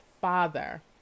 father